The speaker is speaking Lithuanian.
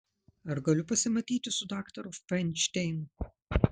ar galiu pasimatyti su daktaru fainšteinu